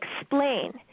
explain